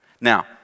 Now